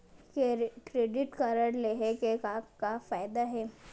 Credit card लेहे के का का फायदा हे?